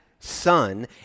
son